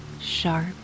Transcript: sharp